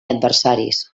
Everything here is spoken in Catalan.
adversaris